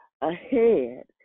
ahead